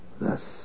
Thus